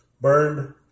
burned